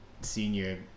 senior